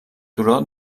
turó